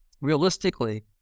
realistically